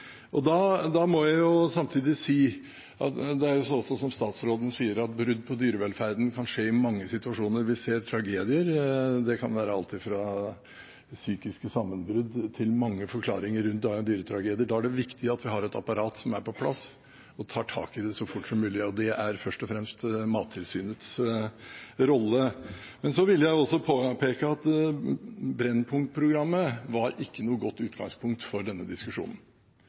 Da må jeg samtidig si, som også statsråden sier, at brudd på dyrevelferden kan skje i mange situasjoner. Vi ser tragedier, det kan være alt fra psykiske sammenbrudd til mange forklaringer rundt dyretragedier, og da er det viktig at vi har et apparat som er på plass og tar tak i det så fort som mulig. Det er først og fremst Mattilsynets rolle. Men så vil jeg også påpeke at Brennpunkt-programmet ikke var noe godt utgangspunkt for denne diskusjonen.